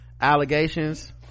allegations